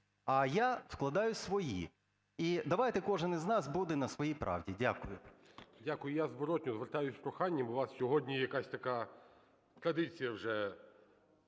а я вкладаю свої і, давайте, кожен із нас буде на своїй правді. Дякую. ГОЛОВУЮЧИЙ. Дякую. Я зворотно звертаюся з проханням. У вас сьогодні якась така традиція вже,